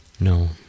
No